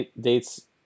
Dates